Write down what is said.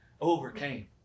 overcame